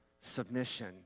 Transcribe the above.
submission